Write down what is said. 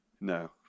No